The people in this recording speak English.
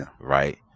right